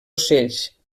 ocells